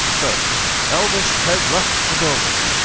so elvis has left the building.